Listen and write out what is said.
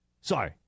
Sorry